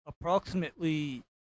approximately